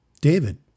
David